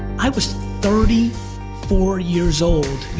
i was thirty four years old